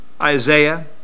Isaiah